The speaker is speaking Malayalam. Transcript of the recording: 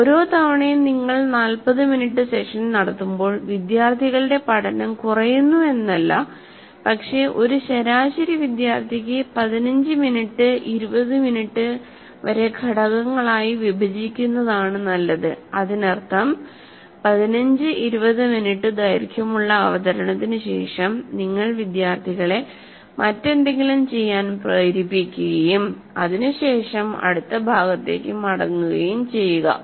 ഓരോ തവണയും നിങ്ങൾ 40 മിനിറ്റ് സെഷൻ നടത്തുമ്പോൾ വിദ്യാർത്ഥികളുടെ പഠനം കുറയുന്നു എന്നല്ല പക്ഷേ ഒരു ശരാശരി വിദ്യാർത്ഥിക്ക് 15 മുതൽ 20 മിനിറ്റ് വരെ ഘടകങ്ങളായി വിഭജിക്കുന്നതാണ് നല്ലത് അതിനർത്ഥം 15 20 മിനിറ്റ് ദൈർഘ്യമുള്ള അവതരണത്തിനുശേഷം നിങ്ങൾ വിദ്യാർത്ഥികളെ മറ്റെന്തെങ്കിലും ചെയ്യാൻ പ്രേരിപ്പിക്കുകയും അതിനു ശേഷം അടുത്ത ഭാഗത്തേക്ക് മടങ്ങുകയും ചെയ്യുക